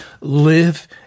live